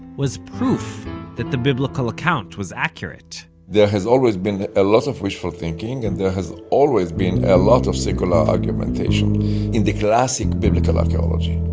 was proof that the biblical account was accurate there has always been a lot of wishful thinking, and there has always been a lot of circular argumentation in the classical biblical archeology.